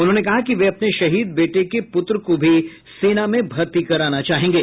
उन्होंने कहा कि वे अपने शहीद बेटे के पुत्र को भी सेना में भर्ती कराना चाहेंगे